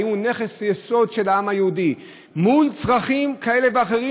האם זה נכס יסוד של העם היהודי מול צרכים כאלה ואחרים,